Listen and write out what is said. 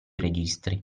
registri